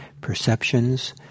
perceptions